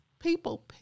People